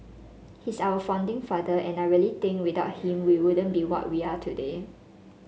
he's our founding father and I really think without him we wouldn't be what we are today